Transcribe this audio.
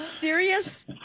Serious